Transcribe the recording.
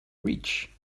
rich